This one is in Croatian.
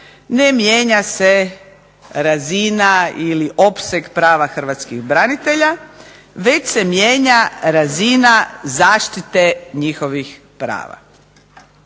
ne mijenja se razina ili opseg prava hrvatskih branitelja već se mijenja razina zaštite njihovih prava.